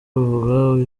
muvuga